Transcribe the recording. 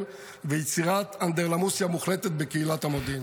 ויצירת אנדרלמוסיה מוחלטת בקהילת המודיעין.